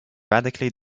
radically